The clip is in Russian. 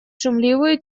шумливую